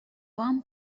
one